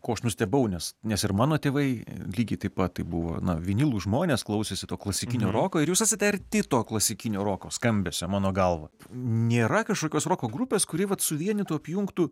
ko aš nustebau nes nes ir mano tėvai lygiai taip pat tai buvo na vinylų žmonės klausėsi to klasikinio roko ir jūs esate arti to klasikinio roko skambesio mano galva nėra kažkokios roko grupės kuri vat suvienytų apjungtų